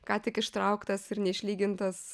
ką tik ištrauktas ir neišlygintas